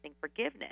forgiveness